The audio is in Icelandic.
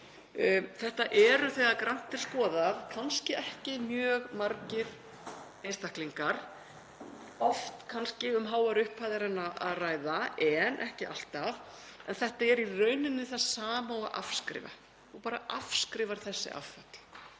Þetta eru þegar grannt er skoðað kannski ekki mjög margir einstaklingar, oft kannski um háar upphæðir að ræða en ekki alltaf, en þetta er í rauninni það sama og að afskrifa. Þú bara afskrifar þessi afföll.